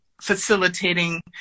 facilitating